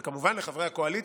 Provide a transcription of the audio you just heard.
וכמובן, לחברי הקואליציה.